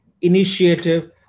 initiative